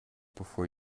before